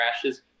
crashes